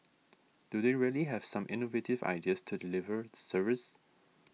do they really have some innovative ideas to deliver service